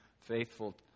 faithful